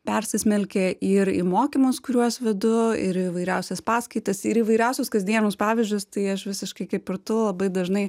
persismelkė ir į mokymus kuriuos vedu ir į įvairiausias paskaitas ir įvairiausius kasdienius pavyzdžius tai aš visiškai kaip ir tu labai dažnai